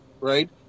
right